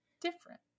different